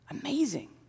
Amazing